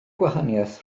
gwahaniaeth